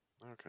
okay